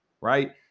right